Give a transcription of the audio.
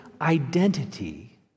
identity